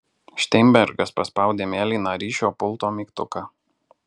šteinbergas paspaudė mėlyną ryšio pulto mygtuką